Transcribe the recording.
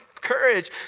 courage